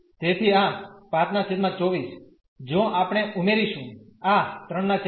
તેથી આ 524 જો આપણે ઉમેરીશું આ 38 બનશે